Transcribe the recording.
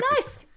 nice